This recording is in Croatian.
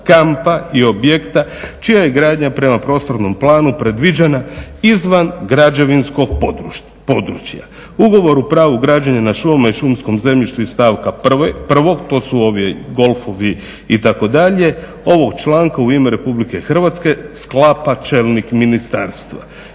kampa i objekta čija je gradnja prema prostornom planu predviđena izvan građevinskog područja. Ugovor o pravu građenja na šumama i šumskom zemljištu iz stavka prvog to su ovi golfovi itd. ovog članka u ime Republike Hrvatske sklapa čelnik ministarstva.